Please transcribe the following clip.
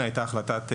הייתה החלטת ממשלה,